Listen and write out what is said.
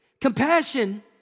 Compassion